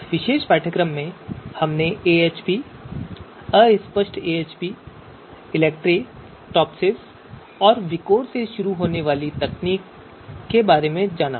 इस विशेष पाठ्यक्रम में हमने AHP अस्पष्ट AHP ELECTRE TOPSIS और VIKOR से शुरू होने वाली कई तकनीकों को शामिल किया है